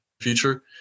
future